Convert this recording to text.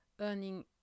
earning